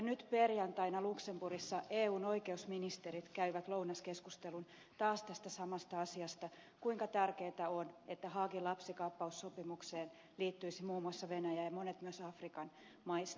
nyt perjantaina luxemburgissa eun oikeusministerit käyvät lounaskeskustelun taas tästä samasta asiasta kuinka tärkeätä on että haagin lapsikaappaussopimukseen liittyisivät muun muassa venäjä ja monet myös afrikan maista